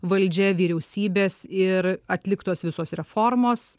valdžia vyriausybės ir atliktos visos reformos